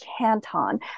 Canton